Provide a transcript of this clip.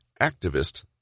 activist